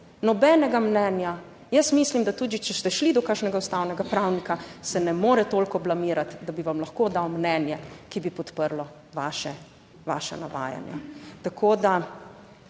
nobenega mnenja. Jaz mislim, da tudi če ste šli do kakšnega ustavnega pravnika, se ne more toliko blamirati, da bi vam lahko dal mnenje, ki bi podprlo vaša navajanja. Jaz sem